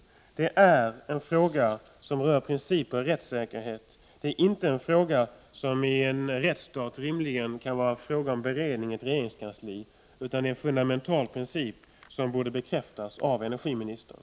Det är en fråga som rör principer och 103 rättssäkerhet, det är inte en fråga som i en rättsstat rimligen kan handla om beredning i ett regeringskansli. Det gäller en fundamental princip som borde bekräftas av energiministern.